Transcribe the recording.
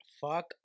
Fuck